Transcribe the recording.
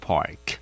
Park